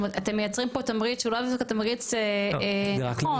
אתם מייצרים פה תמריץ שאולי בסוף התמריץ לא נכון.